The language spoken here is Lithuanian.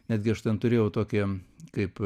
netgi aš ten turėjau tokį kaip